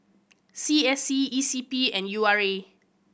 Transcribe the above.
C S C E C P and U R A